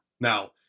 Now